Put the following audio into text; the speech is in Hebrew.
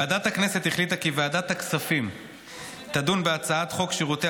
ועדת הכנסת החליטה כי ועדת הכספים תדון בהצעת חוק שירותי